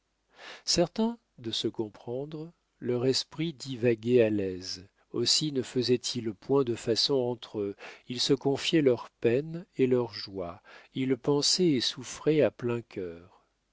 certains de se comprendre leur esprit divaguait à l'aise aussi ne faisaient-ils point de façon entre eux ils se confiaient leurs peines et leurs joies ils pensaient et souffraient à plein cœur